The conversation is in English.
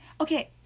okay